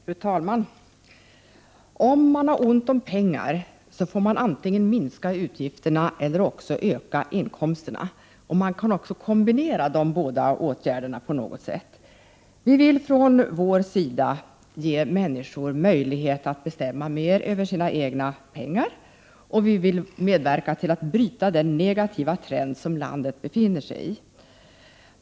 Fru talman! Om man har ont om pengar får man antingen minska utgifterna eller öka inkomsterna. Man kan också kombinera dessa åtgärder på något sätt. Vi vill ftrån moderat sida ge människor möjlighet att bestämma mer över sina egna pengar, och vi vill medverka till att bryta den negativa trend som landet befinner sig i.